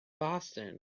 boston